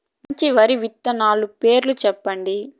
మంచి వరి విత్తనాలు పేర్లు చెప్పండి?